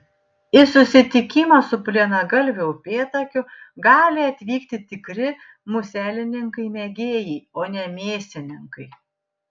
į susitikimą su plienagalviu upėtakiu gali atvykti tikri muselininkai mėgėjai o ne mėsininkai